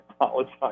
apologize